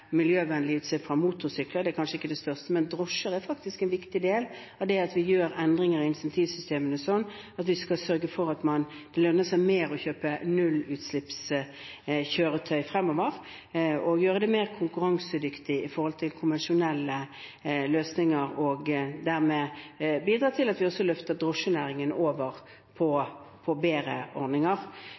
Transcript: fra motorsykkel – det er kanskje ikke det største, men drosjer er faktisk en viktig del av det. Vi gjør endringer i incentivsystemene, slik at vi skal sørge for at det lønner seg å kjøpe nullutslippskjøretøy fremover, og vi gjør det mer konkurransedyktig i forhold til konvensjonelle løsninger. Dermed bidrar det til at vi løfter også drosjenæringen over på bedre ordninger.